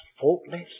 faultless